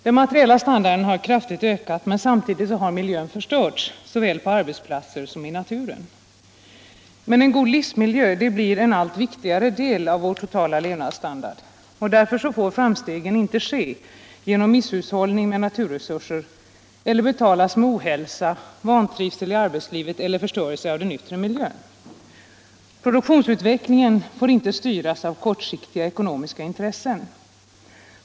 Den materiella standarden har kraftigt ökat, men samtidigt har miljön förstörts såväl på arbetsplatser som i naturen. En god livsmiljö blir emellertid en allt viktigare del av vår totala levnadsstandard. Därför får framstegen inte ske genom misshushållning med naturresurser eller betalas med ohälsa, vantrivsel i arbetslivet eller förstörelse av den yttre miljön. Produktionsutvecklingen får inte styras av kortsiktiga ekonomiska intressen.